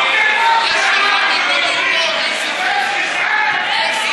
אמרת זועבי, אמרת הכול.